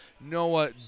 Noah